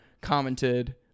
commented